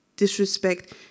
disrespect